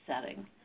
setting